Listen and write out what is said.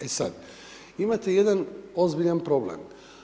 E sad, imate jedan ozbiljan problem.